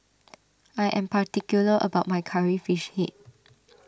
I am particular about my Curry Fish Head